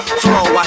flow